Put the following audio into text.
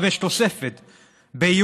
כל האנשים שנמצאים פה,